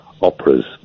operas